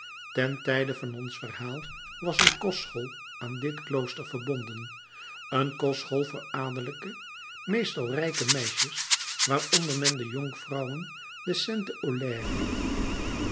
ten tijde van ons verhaal was een kostschool aan dit klooster verbonden een kostschool voor adellijke meestal rijke meisjes waaronder men de jonkvrouwen de